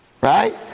right